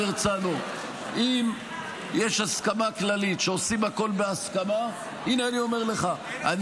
אם יש הסכמה כללית שעושים הכול בהסכמה -- אין הסכמה על זה.